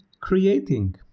creating